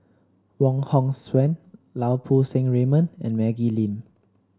Wong Hong Suen Lau Poo Seng Raymond and Maggie Lim